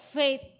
faith